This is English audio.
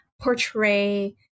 portray